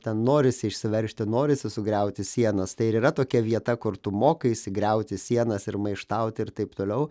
ten norisi išsiveržti norisi sugriauti sienas tai ir yra tokia vieta kur tu mokaisi griauti sienas ir maištauti ir taip toliau